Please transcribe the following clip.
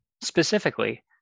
Specifically